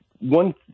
one